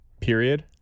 Period